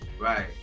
Right